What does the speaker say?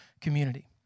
community